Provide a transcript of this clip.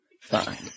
Fine